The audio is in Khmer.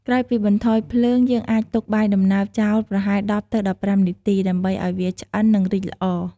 ក្រោយពីបន្ថយភ្លើង យើងអាចទុកបាយដំណើបចោលប្រហែល ១០ ទៅ១៥នាទី ដើម្បីឱ្យវាឆ្អិន និង រីកល្អ។